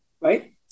right